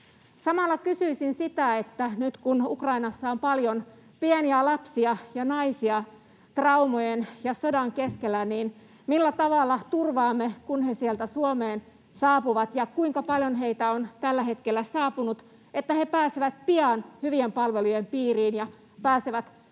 Samalla kysyisin sitä, että nyt kun Ukrainassa on paljon pieniä lapsia ja naisia traumojen ja sodan keskellä, niin millä tavalla turvaamme sen, kun he sieltä Suomeen saapuvat —ja kuinka paljon heitä on tällä hetkellä saapunut — että he pääsevät pian hyvien palvelujen piiriin ja pääsevät